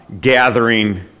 gathering